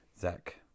Zach